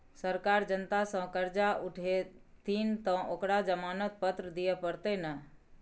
सरकार जनता सँ करजा उठेतनि तँ ओकरा जमानत पत्र दिअ पड़तै ने